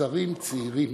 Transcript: שרים צעירים,